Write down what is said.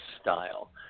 style